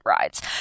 rides